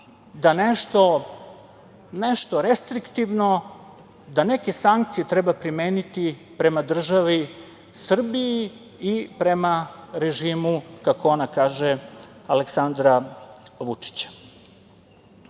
da nešto restriktivno, da neke sankcije treba primeniti prema državi Srbiji i prema režimu, kako ona kaže, Aleksandra